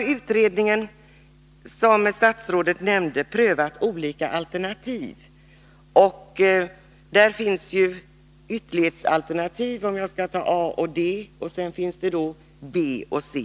Utredningen har, som statsrådet nämnde, prövat olika alternativ. Där finns ytterlighetsalternativen A och D, och sedan finns alternativen B och C.